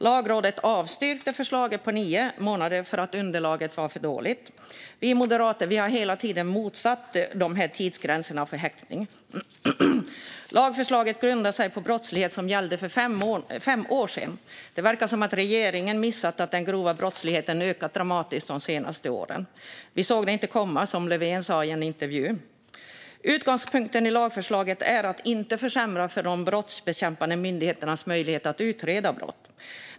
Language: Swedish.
Lagrådet avstyrkte förslaget om nio månader därför att underlaget var för dåligt. Vi moderater har hela tiden motsatt oss tidsgränserna för häktning. Lagförslaget grundar sig på brottslighet som gällde för fem år sedan. Det verkar som att regeringen har missat att den grova brottsligheten har ökat dramatiskt de senaste åren. Vi såg det inte komma, som Löfven sa i en intervju. Utgångspunkten i lagförslaget är att inte försämra de brottskämpande myndigheternas möjligheter att utreda brott.